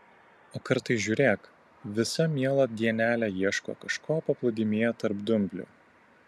o kartais žiūrėk visą mielą dienelę ieško kažko paplūdimyje tarp dumblių